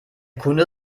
kunde